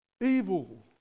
evil